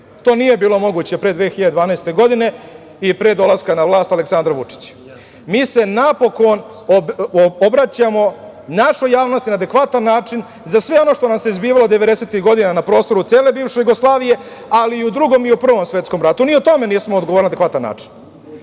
To nije bilo moguće pre 2012. godine, i pre dolaska na vlast Aleksandra Vučića. Mi se, napokon obraćamo našoj javnosti na adekvatan način za sve ono što nam se zbivalo devedesetih godina na prostoru cele bivše Jugoslavije, ali i u Drugom i u Prvom svetskom ratu. Ni o tome nismo odgovorili na adekvatan način. Često